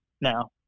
now